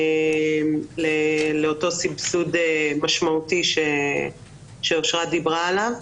עבור אותו סבסוד משמעותי שאושרת דיברה עליו.